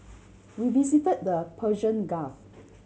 we visit the Persian Gulf